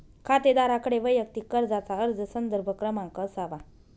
खातेदाराकडे वैयक्तिक कर्जाचा अर्ज संदर्भ क्रमांक असावा